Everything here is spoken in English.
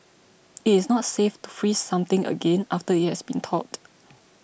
it is not safe to freeze something again after it has thawed